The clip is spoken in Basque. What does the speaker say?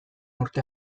urte